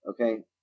Okay